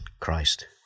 Christ